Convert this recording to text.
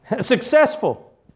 Successful